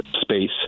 space